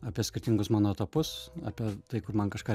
apie skirtingus mano etapus apie tai kur man kažką